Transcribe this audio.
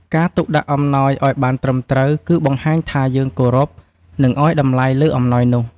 ការទុកដាក់អំណោយឲ្យបានត្រឹមត្រូវគឺ បង្ហាញថាយើងគោរព និងឲ្យតម្លៃលើអំណោយនោះ។